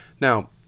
Now